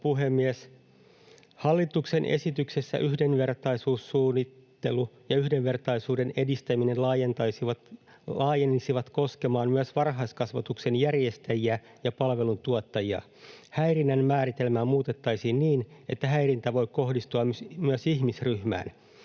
Hallituksen esityksessä yhdenvertaisuussuunnittelu ja yhdenvertaisuuden edistäminen laajenisivat koskemaan myös varhaiskasvatuksen järjestäjiä ja palveluntuottajia. Häirinnän määritelmää muutettaisiin niin, että häirintä voi kohdistua myös ihmisryhmään.